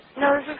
No